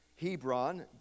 Hebron